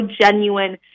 genuine